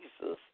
Jesus